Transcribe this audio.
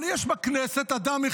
הצבעה